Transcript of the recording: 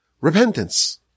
repentance